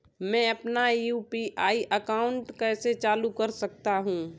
मैं अपना UPI account कैसे चालू कर सकता हूँ?